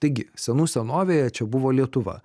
taigi senų senovėje čia buvo lietuva